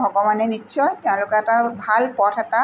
ভগৱানে নিশ্চয় তেওঁলোকে এটা ভাল পথ এটা